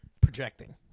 Projecting